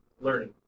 learning